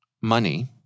money